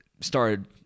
started